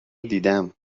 دیدم